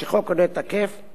תוכל הכנסת לקבוע